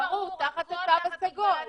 ברור, תחת התו הסגול.